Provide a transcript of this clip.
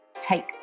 take